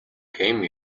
came